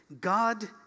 God